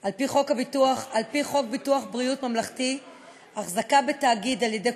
על הצעת חוק ביטוח בריאות ממלכתי (תיקון מס'